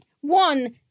one